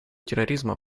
терроризма